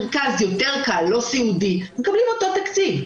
במרכזי טיפול יותר קלים לא סיעודיים הם מקבלים אותו תקציב.